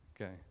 okay